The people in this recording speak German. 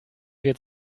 wir